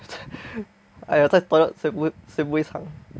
!aiya! 在 toilet 谁不谁不会唱